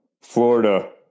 Florida